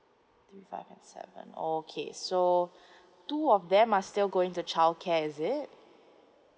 three five and seven okay so two of them are still going to child care is it